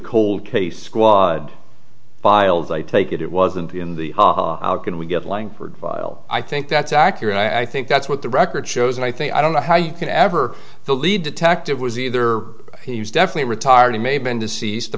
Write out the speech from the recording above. cold case squad files i take it it wasn't in the can we get langford file i think that's accurate i think that's what the record shows and i think i don't know how you can ever the lead detective was either he was definitely retired he may have been deceased the